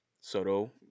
Soto